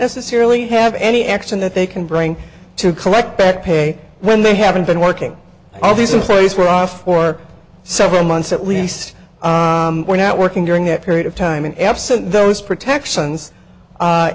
necessarily have any action that they can bring to collect back pay when they haven't been working all these employees were off for several months at least were not working during that period of time and absent those protections